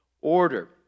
order